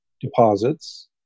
deposits